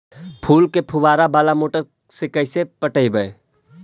फूल के फुवारा बाला मोटर से कैसे पटइबै?